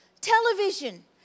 Television